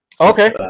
okay